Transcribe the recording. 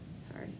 sorry